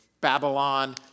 Babylon